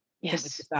Yes